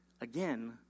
again